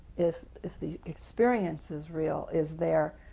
if if the experience is real, is there,